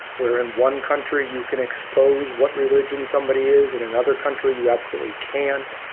where in one country you can expose what religion somebody is. in another country, you absolutely can't.